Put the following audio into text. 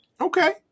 okay